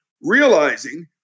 realizing